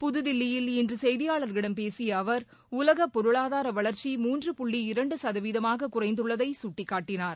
புதுதில்லியில் இன்று செய்தியாளர்களிடம்பேசிய அவர் உலக பொருளாதார வளர்ச்சி மூன்று புள்ளி இரண்டு சதவீதமாக குறைந்துள்ளதை சுட்டிக்காட்டினார்